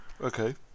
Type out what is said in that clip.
Okay